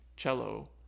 cello